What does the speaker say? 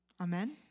Amen